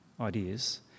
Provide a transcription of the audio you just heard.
ideas